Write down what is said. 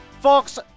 Folks